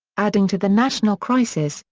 adding to the national crisis,